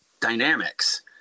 dynamics